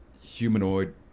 humanoid